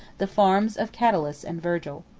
the farms of catullus and virgil.